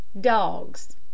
Dogs